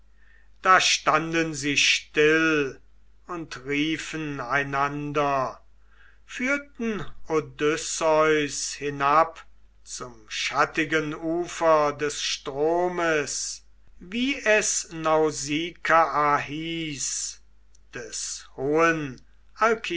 da standen sie still und riefen einander führten odysseus hinab zum schattigen ufer des stromes wie es nausikaa hieß des hohen